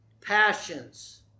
passions